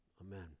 Amen